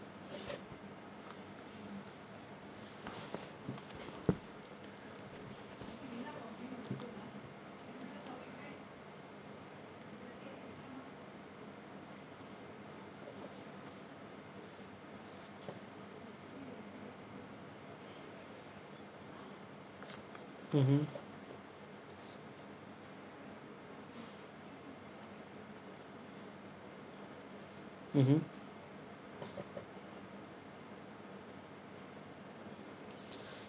mmhmm mmhmm